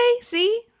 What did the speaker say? See